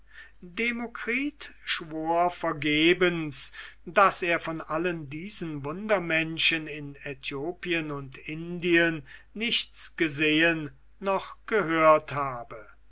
demokritus schwur vergebens daß er von allen diesen wundermenschen in aethiopien und indien nichts gesehen noch gehört habe